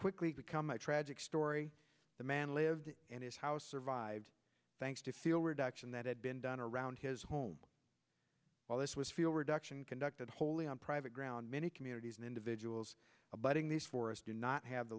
quickly become a tragic story the man lived and his house survived thanks to feel reduction that had been done around his home while this was feel reduction conducted wholly on private ground many communities and individuals abutting these forests do not have the